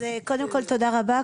קודם כל תודה רבה.